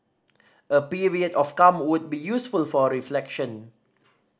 a period of calm would be useful for reflection